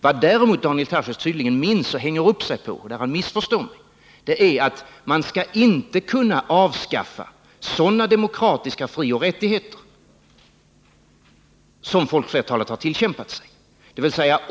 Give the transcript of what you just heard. Vad däremot Daniel Tarschys tydligen minns och hänger upp sig på — och därvidlag missförstår han mig — gäller att man inte skall kunna avskaffa sådana demokratiska frioch rättigheter som folkflertalet har tillkämpat sig.